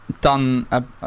done